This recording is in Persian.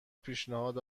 پیشنهاد